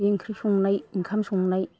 बिदिनो ओंख्रि संनाय ओंखाम संनाय